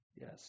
Yes